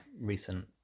recent